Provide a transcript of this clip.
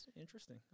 interesting